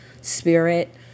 spirit